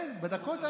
כן, בדקות האלה.